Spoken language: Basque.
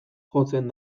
jotzen